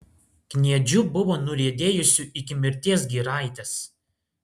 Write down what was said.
kniedžių buvo nuriedėjusių iki mirties giraitės